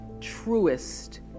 truest